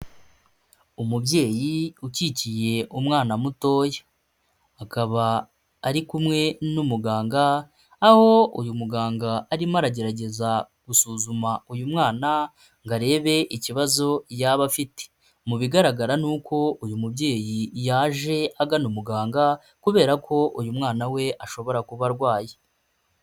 Umubyeyi ukikiye umwana mutoya, akaba ari kumwe n'umuganga, aho uyu muganga arimo aragerageza gusuzuma uyu mwana ngo arebe ikibazo yaba afite, mu bigaragara ni uko uyu mubyeyi yaje agana umuganga kubera ko uyu mwana we ashobora kuba arwaye.